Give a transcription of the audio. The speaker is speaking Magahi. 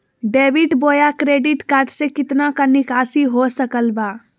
डेबिट बोया क्रेडिट कार्ड से कितना का निकासी हो सकल बा?